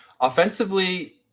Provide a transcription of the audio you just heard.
Offensively